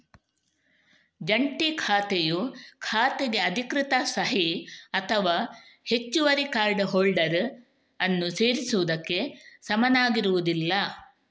ಜಂಟಿ ಖಾತೆಯು ಖಾತೆಗೆ ಅಧಿಕೃತ ಸಹಿ ಅಥವಾ ಹೆಚ್ಚುವರಿ ಕಾರ್ಡ್ ಹೋಲ್ಡರ್ ಅನ್ನು ಸೇರಿಸುವುದಕ್ಕೆ ಸಮನಾಗಿರುವುದಿಲ್ಲ